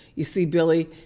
you see, billie.